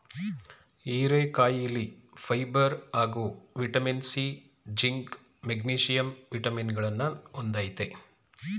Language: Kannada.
ಹೀರೆಕಾಯಿಲಿ ಫೈಬರ್ ಹಾಗೂ ವಿಟಮಿನ್ ಸಿ, ಜಿಂಕ್, ಮೆಗ್ನೀಷಿಯಂ ವಿಟಮಿನಗಳನ್ನ ಹೊಂದಯ್ತೆ